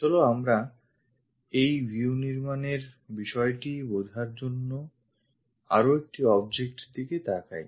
চলো আমরা এই ভিউ নির্মাণের বিষয়টি বোঝার জন্য আরও একটি অবজেক্ট এর দিকে তাকাই